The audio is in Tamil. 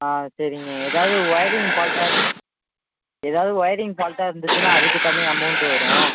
ஆ சரிங்க எதாவது ஒயரிங் ஃபால்ட்டா எதாவது ஒயரிங் ஃபால்ட்டா இருந்துச்சின்னால் அதுக்கு தனி அமௌண்ட் வரும்